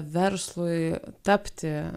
verslui tapti